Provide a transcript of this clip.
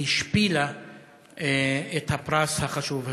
היא השפילה את הפרס החשוב הזה.